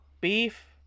beef